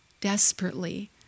desperately